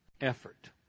effort